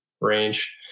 range